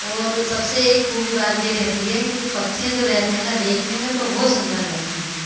और सबसे एक खूबी बात जे रहती है कि जो पक्षियाँ जो रहते हैं न देखने में तो बहुत सुन्दर लगते हैं